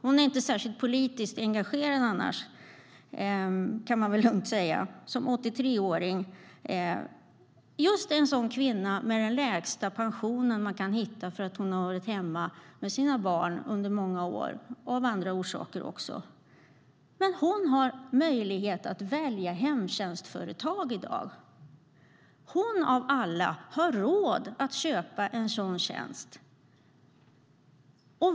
Man kan lugnt säga att hon i övrigt inte är särskilt politiskt engagerad. Min mamma har den lägsta pensionen för att hon var hemma med sina barn under många år och av andra orsaker. Men hon har möjlighet att välja hemtjänstföretag. Hon har råd att köpa en sådan tjänst.